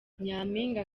nyampinga